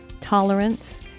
tolerance